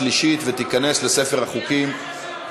התשע"ז 2017,